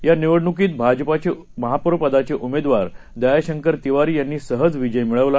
या निवडणूकीत भाजपाचे महापौरपदाचे उमेदवार दयाशंकर तिवारी यांनी सहज विजय मिळवला